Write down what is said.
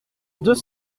deux